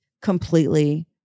Completely